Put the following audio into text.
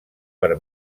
per